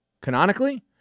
canonically